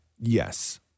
Yes